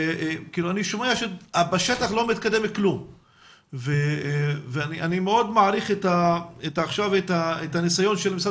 אני שומע שבשטח לא מתקדם כלום ואני מאוד מעריך את הניסיון של משרד